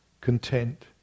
content